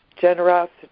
generosity